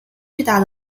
巨大